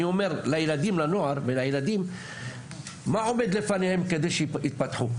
אני אומר לילדים לנוער ולילדים מה עומד לפניהם כדי שהם יתפתחו,